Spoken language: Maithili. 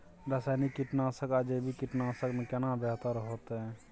रसायनिक कीटनासक आ जैविक कीटनासक में केना बेहतर होतै?